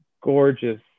gorgeous